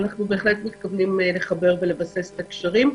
אנחנו מתכוונים לחבר ולבסס את הקשרים.